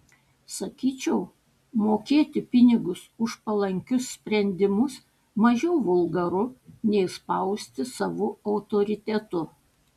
sakyčiau mokėti pinigus už palankius sprendimus mažiau vulgaru nei spausti savu autoritetu